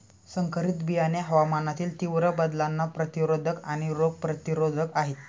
संकरित बियाणे हवामानातील तीव्र बदलांना प्रतिरोधक आणि रोग प्रतिरोधक आहेत